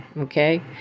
Okay